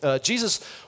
Jesus